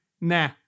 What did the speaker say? nah